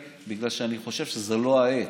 שייגש לשר הרלוונטי וישוחח איתו על העניין.